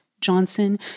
Johnson